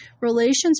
relations